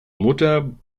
mutter